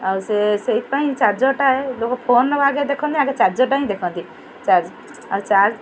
ଆଉ ସେ ସେଇଥିପାଇଁ ଚାର୍ଜରଟା ଲୋକ ଫୋନ୍ ଆଗେ ଦେଖନ୍ତି ଆଗେ ଚାର୍ଜରଟା ହିଁ ଦେଖନ୍ତି ଚାର୍ଜ ଆଉ ଚାର୍ଜ